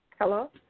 Hello